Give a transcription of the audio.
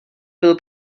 byl